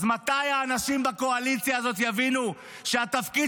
אז מתי האנשים בקואליציה הזאת יבינו שהתפקיד